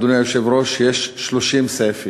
אדוני היושב-ראש, יש 30 סעיפים.